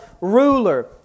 ruler